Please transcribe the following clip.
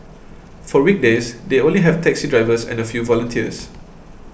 for weekdays they only have taxi drivers and a few volunteers